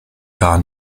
gar